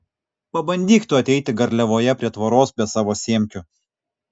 pabandyk tu ateiti garliavoje prie tvoros be savo semkių